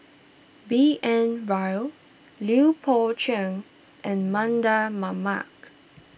B N Rao Lui Pao Chuen and Mardan Mamat